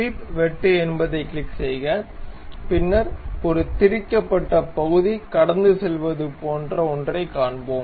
sweep வெட்டு என்பதைக் click செய்க பின்னர் ஒரு திரிக்கப்பட்ட பகுதி கடந்து செல்வது போன்ற ஒன்றைக் காண்போம்